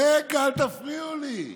רגע, אל תפריעו לי.